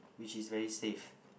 which is very safe